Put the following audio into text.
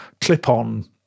clip-on